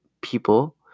people